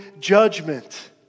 judgment